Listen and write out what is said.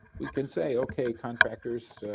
we can say okay contractors